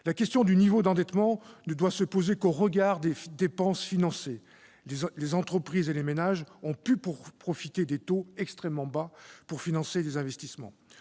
La question du niveau d'endettement ne doit être posée qu'au regard des dépenses financées ; les entreprises et les ménages ont pu profiter des taux extrêmement bas pour financer des investissements.